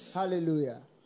hallelujah